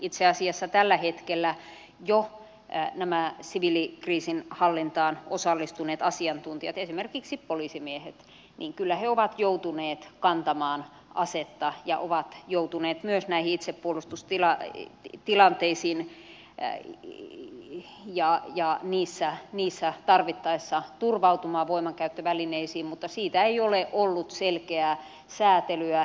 itse asiassa tällä hetkellä jo nämä siviilikriisinhallintaan osallistuneet asiantuntijat esimerkiksi poliisimiehet kyllä ovat joutuneet kantamaan asetta ja ovat joutuneet myös näihin itsepuolustustilanteisiin ja niissä tarvittaessa turvautumaan voimankäyttövälineisiin mutta siitä ei ole ollut selkeää säätelyä